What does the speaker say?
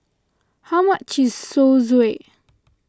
how much is Zosui